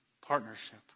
partnership